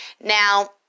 Now